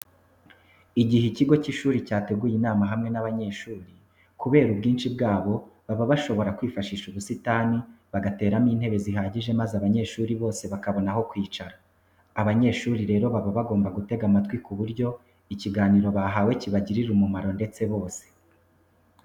Igihe icyigo cy'ishuri cyateguye inama hamwe n'abanyeshuri kubera ubwinshi bwabo bashobora kwifashisha ubusitani bagateramo intebe zihagije maze abanyeshuri bose bakabona aho kwicara. Abanyeshuri rero baba bagomba gutega amatwi ku buryo ikiganiro bahawe kibagirira umumaro ndetse bose.